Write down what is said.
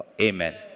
Amen